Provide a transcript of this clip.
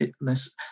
Less